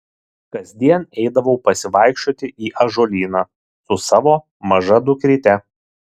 kasdien eidavau pasivaikščioti į ąžuolyną su savo maža dukryte